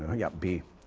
got b.